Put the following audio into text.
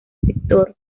sector